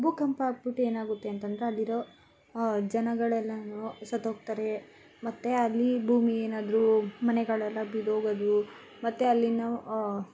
ಭೂಕಂಪ ಆಗ್ಬಿಟ್ಟು ಏನಾಗುತ್ತೆ ಅಂತಂದರೆ ಅಲ್ಲಿರೋ ಜನಗಳೆಲ್ಲನೂ ಸತ್ತೋಗ್ತಾರೆ ಮತ್ತೆ ಅಲ್ಲಿ ಭೂಮಿ ಏನಾದರೂ ಮನೆಗಳೆಲ್ಲ ಬಿದ್ದೋಗೋದು ಮತ್ತೆ ಅಲ್ಲಿ ನಾವ್